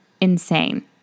insane